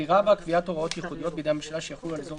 קביעת הוראות ייחודיות בידי הממשלה שיחולו על אזור